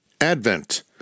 Advent